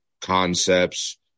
concepts